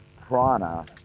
prana